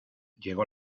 llegó